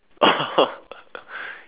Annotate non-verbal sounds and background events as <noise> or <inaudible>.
oh <laughs>